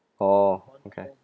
oh okay